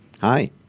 Hi